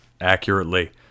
accurately